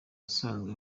ahasanzwe